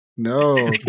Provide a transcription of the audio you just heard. No